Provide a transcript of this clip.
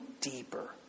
deeper